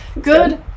Good